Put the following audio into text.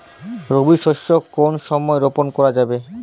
রবি শস্য কোন সময় রোপন করা যাবে?